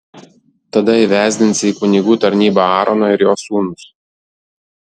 tada įvesdinsi į kunigų tarnybą aaroną ir jo sūnus